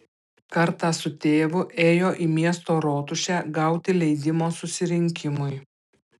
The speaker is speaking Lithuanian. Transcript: kartą su tėvu ėjo į miesto rotušę gauti leidimo susirinkimui